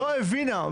לא הבינה.